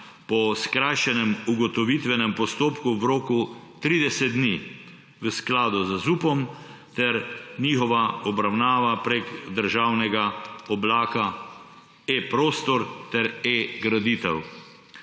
po skrajšanem ugotovitvenem postopku v roku 30 dni, v skladu z ZUP, ter njegovo obravnavo preko državnega oblaka e-prostor ter e-graditev.